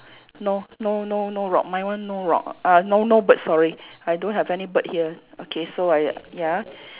no no no no rock my one no rock uh no no bird sorry I don't have any bird here okay so I ya